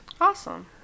awesome